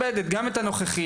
ועל מנת לכבד גם את הנוכחים,